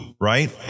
right